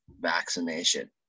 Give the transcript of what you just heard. vaccination